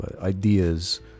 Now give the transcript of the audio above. ideas